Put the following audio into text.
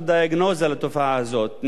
ניתוח לתופעה הזאת,